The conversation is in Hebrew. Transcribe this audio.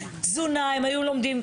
תזונה הם היו לומדים.